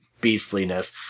beastliness